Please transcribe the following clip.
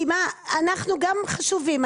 אנחנו גם חשובים.